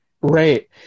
right